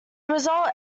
result